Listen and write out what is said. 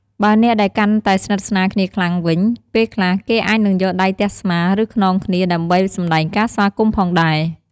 បើអ្នកដែលកាន់តែស្និទ្ធស្នាលគ្នាខ្លាំងវិញ ពេលខ្លះ គេអាចនឹងយកដៃទះស្មា ឬ ខ្នងគ្នា ដើម្បីសម្ដែងការស្វាគមន៍ផងដែរ។